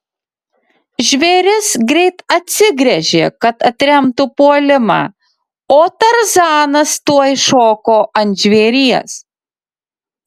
žvėris greit atsigręžė kad atremtų puolimą o tarzanas tuoj šoko ant žvėries